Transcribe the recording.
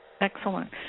Excellent